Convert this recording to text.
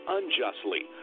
unjustly